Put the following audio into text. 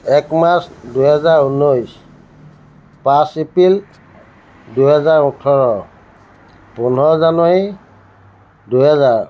এক মাৰ্চ দুহেজাৰ ঊনৈছ পাঁচ এপ্ৰিল দুহেজাৰ ওঠৰ পোন্ধৰ জানুৱাৰী দুহেজাৰ